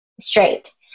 Straight